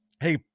hey